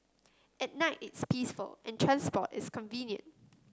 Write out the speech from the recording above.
at night it's peaceful and transport is convenient